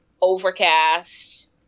overcast